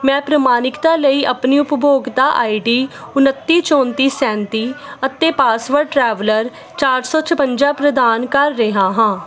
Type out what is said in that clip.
ਮੈਂ ਪ੍ਰਮਾਣਿਕਤਾ ਲਈ ਆਪਣੀ ਉਪਭੋਗਤਾ ਆਈਡੀ ਉਣੱਤੀ ਚੋਂਤੀ ਸੈਂਤੀ ਅਤੇ ਪਾਸਵਰਡ ਟ੍ਰੈਵਲਰ ਚਾਰ ਸੋ ਛਪੰਜਾ ਪ੍ਰਦਾਨ ਕਰ ਰਿਹਾ ਹਾਂ